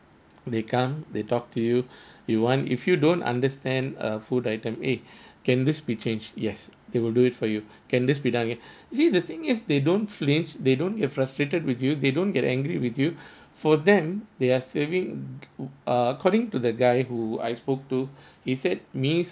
they come they talk to you you want if you don't understand a food item eh can this be changed yes they will do it for you can this be done ya you see the thing is they don't flinch they don't get frustrated with you they don't get angry with you for them they are saving uh according to the guy who I spoke to he said mis~